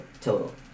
total